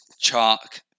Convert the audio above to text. Chalk